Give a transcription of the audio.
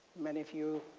many of you